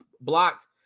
blocked